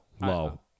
Low